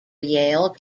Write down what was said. yale